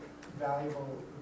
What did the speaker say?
valuable